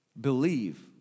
believe